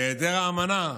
בהיעדר האמנה,